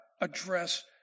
address